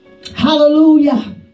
Hallelujah